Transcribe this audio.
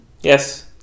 Yes